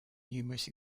numerous